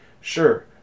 Sure